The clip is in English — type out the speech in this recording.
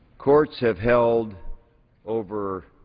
courts have held over